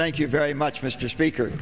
thank you very much mr speaker